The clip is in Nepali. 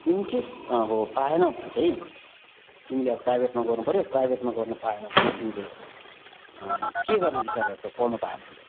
इन्केस अब पाएनौ भने चाहिँ तिमीले अब प्राइभेटमा गर्नुपर्यो प्राइभेटमा गर्नुपाएन भने चाहिँ तिमीले के गर्ने विचार गरेको छौ पढ्नु पाएनौ भने चाहिँ